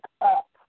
up